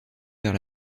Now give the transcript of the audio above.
vers